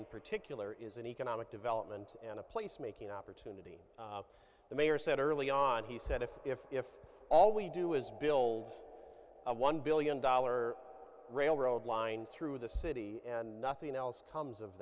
in particular is an economic development and a place making opportunity the mayor said early on he said if if if all we do is build one billion dollar railroad line through the city and nothing else comes of